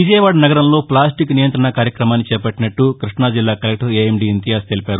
విజయవాడ నగరంలో ఫ్లాస్టిక్ నియంతణ కార్యక్రమాన్ని చేపట్టినట్లు కృష్ణజిల్లా కలెక్టర్ ఎఎండి ఇంతియాజ్ తెలిపారు